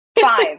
five